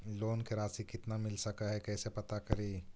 Loan के रासि कितना मिल सक है कैसे पता करी?